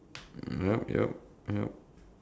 yup yup yup